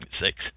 six